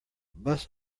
bus